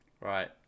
right